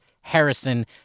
Harrison